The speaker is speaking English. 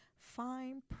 fine